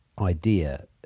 idea